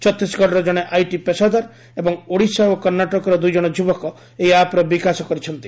ଛତିଶଗଡ଼ର ଜଣେ ଆଇଟି ପେସାଦାର ଏବଂ ଓଡ଼ିଶା ଓ କର୍ଣ୍ଣାଟକର ଦୁଇ ଜଣ ଯୁବକ ଏହି ଆପ୍ର ବିକାଶ କରିଛନ୍ତି